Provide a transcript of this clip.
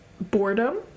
boredom